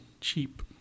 cheap